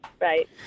Right